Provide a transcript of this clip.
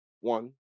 one